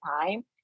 time